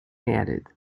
added